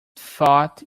thought